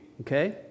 Okay